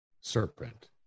Serpent